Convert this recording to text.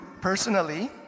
personally